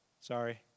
Sorry